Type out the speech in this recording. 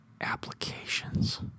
applications